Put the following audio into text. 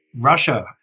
Russia